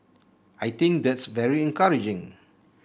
I think that's very encouraging